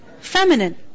feminine